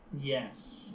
yes